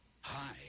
Hi